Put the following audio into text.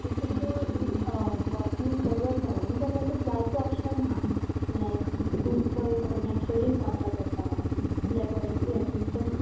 तुका botany career जाय न्हू जाल्यार तुका जाय तें ऑपशन आसा लायक तूं नेच्रलीश्ट जावपा जाता लेबोरेटरी एसीसटंट